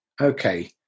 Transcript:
Okay